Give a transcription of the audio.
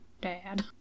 Dad